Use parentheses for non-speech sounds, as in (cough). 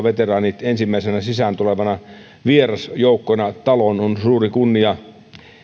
(unintelligible) veteraanit ovat ensimmäisenä taloon sisään tulevana vierasjoukkona niin se on suuri kunnia